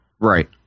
right